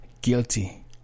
guilty